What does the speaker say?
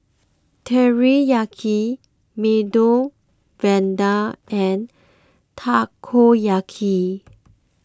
Teriyaki Medu Vada and Takoyaki